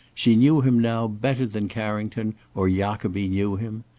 she knew him now better than carrington or jacobi knew him.